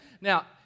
Now